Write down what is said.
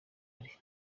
ari